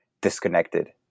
disconnected